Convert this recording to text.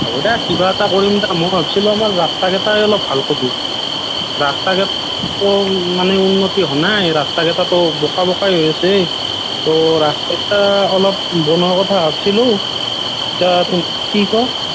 হ'ব দে কিবা এটা কৰিম দে মই ভাবিছিলোঁ আমাৰ ৰাস্তাকেইটাই অলপ ভাল কৰোঁ ৰাস্তা ঘাট মানে একো উন্নতি হোৱা নাই ৰাস্তাকেইটাতো বোকা বোকাই হৈ আছে তো ৰাস্তাকেইটা অলপ নিৰ্মাণৰ কথা ভাবিছিলোঁ এতিয়া তনথে কি কৱ